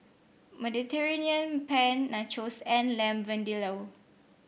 Mediterranean Penne Nachos and Lamb Vindaloo